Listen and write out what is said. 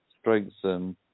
strengthen